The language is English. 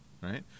right